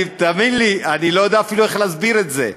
תאמין לי, אני לא יודע אפילו איך להסביר את זה.